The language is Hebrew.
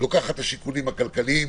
את השיקולים הכלכליים,